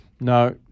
No